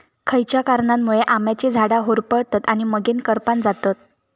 खयच्या कारणांमुळे आम्याची झाडा होरपळतत आणि मगेन करपान जातत?